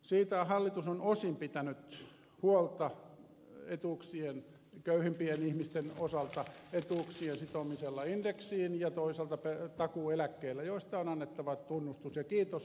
siitä hallitus on osin pitänyt huolta köyhimpien ihmisten osalta etuuksien sitomisella indeksiin ja toisaalta takuueläkkeellä joista on annettava tunnustus ja kiitos